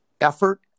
effort